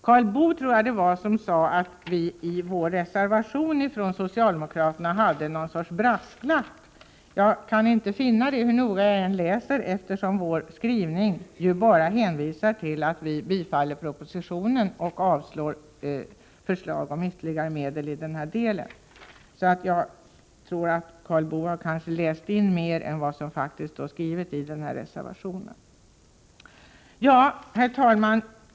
Jag tror att det var Karl Boo som sade att vi i vår reservation hade någon sorts brasklapp. Jag kan inte finna det hur noga jag än läser reservationen, eftersom vår skrivning bara hänvisar till att vi yrkar bifall till propositionen och avslag på förslag om ytterligare medel i denna del. Jag tror att Karl Boo sett mer än vad som faktiskt står skrivet i reservationen. Herr talman!